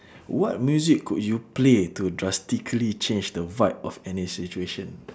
what music could you play to drastically change the vibe of any situation